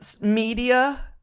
media